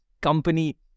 company